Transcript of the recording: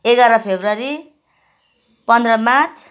एघार फेब्रुअरी पन्ध्र मार्च